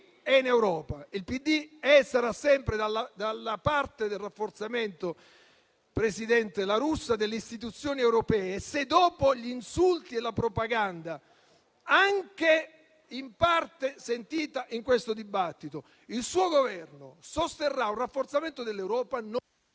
BOCCIA). Il PD è sarà sempre dalla parte del rafforzamento delle istituzioni europee. Se dopo gli insulti e la propaganda, anche in parte sentita in questo dibattito, il suo Governo sosterrà un rafforzamento dell'Europa, noi ci